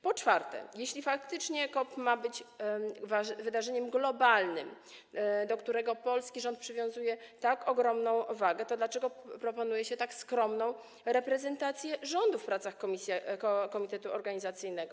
Po czwarte, jeśli faktycznie COP ma być wydarzeniem globalnym, do którego polski rząd przywiązuje tak ogromną wagę, to dlaczego proponuje się tak skromną reprezentację rządu w pracach komitetu organizacyjnego?